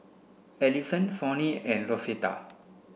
Ellison Sonny and Rosetta